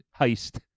heist